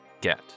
get